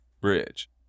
Bridge